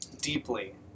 deeply